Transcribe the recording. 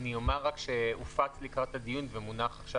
אני אומר רק שהופץ לקראת הדיון ומונח עכשיו